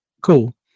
cool